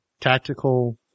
tactical